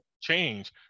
change